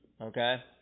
okay